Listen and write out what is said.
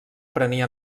prenia